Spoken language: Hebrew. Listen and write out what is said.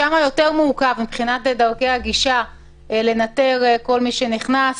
שם יותר מורכב מבחינת דרכי הגישה לנטר כל מי שנכנס,